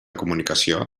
comunicació